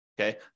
okay